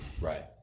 Right